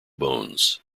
bones